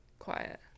quiet